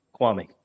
Kwame